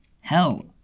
Hell